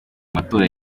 amatora